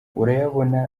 urayabona